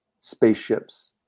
spaceships